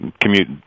Commute